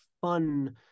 fun